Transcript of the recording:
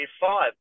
five